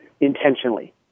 intentionally